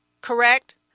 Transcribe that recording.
correct